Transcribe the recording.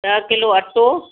ॾह किलो अटो